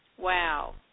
Wow